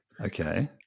Okay